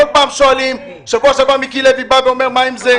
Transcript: בכל פעם שואלים בשבוע שעבר מיקי לוי שאל מה עם זה,